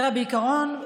בעיקרון,